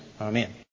Amen